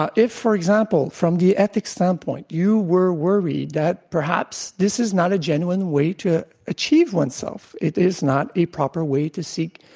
ah if, for example, from the ethics standpoint, you were worried that perhaps this is not a genuine way to achieve oneself, it is not a proper way to seek